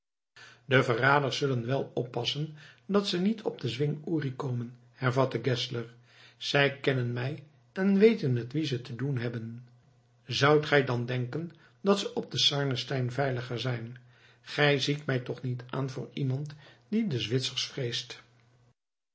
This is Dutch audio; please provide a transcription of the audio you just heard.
de verraders zullen wel oppassen dat ze niet op den zwing uri komen hervatte geszler zij kennen mij en weten met wien ze te doen hebben zoudt gij dan denken dat ze op den sarnenstein veiliger zijn gij ziet mij toch niet aan voor iemand die de zwitsers vreest